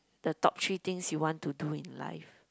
the top three things you want to do in life